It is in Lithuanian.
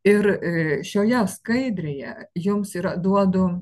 ir šioje skaidrėje jums yra duodu